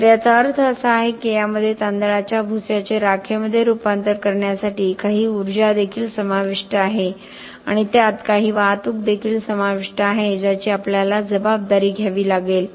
तर याचा अर्थ असा आहे की यामध्ये तांदळाच्या भुसाचे राखेमध्ये रूपांतर करण्यासाठी काही ऊर्जा देखील समाविष्ट आहे आणि त्यात काही वाहतूक देखील समाविष्ट आहे ज्याची आपल्याला जबाबदारी घ्यावी लागेल